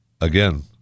Again